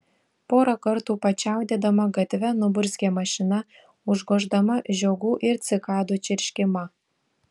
porą kartų pačiaudėdama gatve nuburzgė mašina užgoždama žiogų ir cikadų čirškimą